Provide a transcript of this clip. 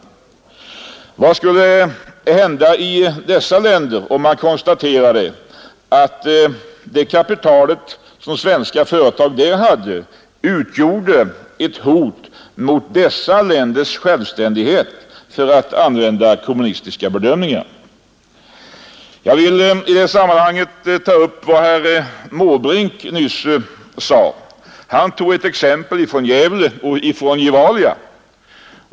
Vad skulle hända om man i dessa länder konstaterade att detta kapital utgjorde ett hot mot dessa länders självständighet — för att använda kommunistiska bedömningar? Jag vill i detta sammanhang ta upp vad herr Måbrink nyss sade. Han anförde som exempel Gevalia i Gävle.